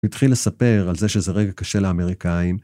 התחיל לספר על זה שזה רגע קשה לאמריקאים.